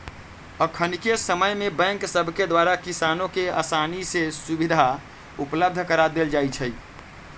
अखनिके समय में बैंक सभके द्वारा किसानों के असानी से सुभीधा उपलब्ध करा देल जाइ छइ